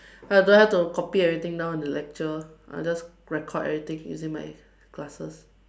I don't have to copy everything down in the lecture I just record everything using my glasses